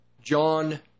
John